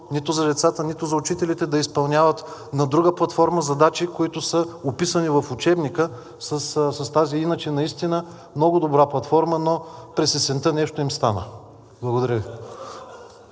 нито за децата, нито за учителите да изпълняват на друга платформа задачи, които са описани в учебника с тази иначе наистина много добра платформа, но през есента нещо им стана. Благодаря Ви.